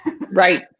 Right